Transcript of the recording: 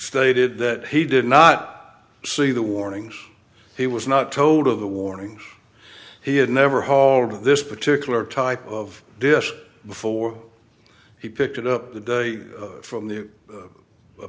stated that he did not see the warnings he was not told of the warnings he had never hauled in this particular type of dish before he picked it up the day from the